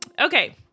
okay